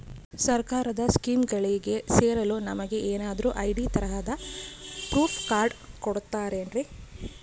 ಸರ್ಕಾರದ ಸ್ಕೀಮ್ಗಳಿಗೆ ಸೇರಲು ನಮಗೆ ಏನಾದ್ರು ಐ.ಡಿ ತರಹದ ಪ್ರೂಫ್ ಕಾರ್ಡ್ ಕೊಡುತ್ತಾರೆನ್ರಿ?